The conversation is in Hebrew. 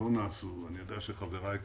אני יודע שחבריי כאן,